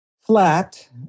flat